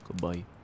Goodbye